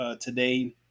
today